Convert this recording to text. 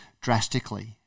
drastically